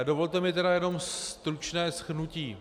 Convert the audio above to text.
Dovolte mi tedy jenom stručné shrnutí.